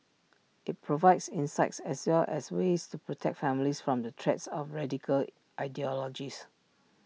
IT provides insights as well as ways to protect families from the threats of radical ideologies